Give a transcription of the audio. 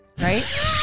Right